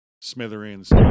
smithereens